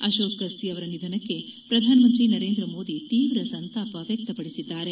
ಅಶೋಕ್ ಗಸ್ತಿ ಅವರ ನಿಧನಕ್ಕೆ ಪ್ರಧಾನಮಂತ್ರಿ ನರೇಂದ್ರ ಮೋದಿ ತೀವ್ರ ಸಂತಾಪ ವ್ಯಕ್ತಪಡಿಸಿದ್ದಾರೆ